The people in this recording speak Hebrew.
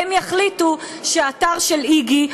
והם יחליטו שהאתר של "איגי",